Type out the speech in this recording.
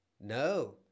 No